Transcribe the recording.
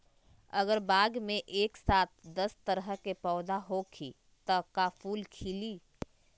अगर बाग मे एक साथ दस तरह के पौधा होखि त का फुल खिली?